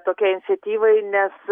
tokiai iniciatyvai nes